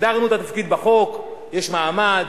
הגדרנו את התפקיד בחוק, יש מעמד,